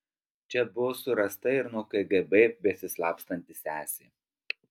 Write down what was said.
čia buvo surasta ir nuo kgb besislapstanti sesė